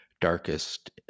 darkest